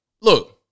Look